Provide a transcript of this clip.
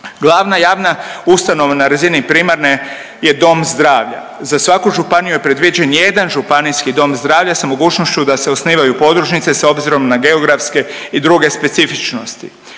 Glavna javna ustanova na razini primarne je dom zdravlja. Za svaku županiju je predviđen jedan županijski dom zdravlja sa mogućnošću da se osnivaju podružnice s obzirom na geografske i druge specifičnosti.